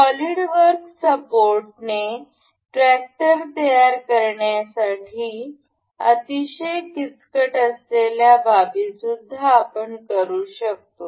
solid works सपोर्टने tractor तयार करण्यासारख्या अतिशय किचकट असलेल्या बाबी सुद्धा आपण करू शकतो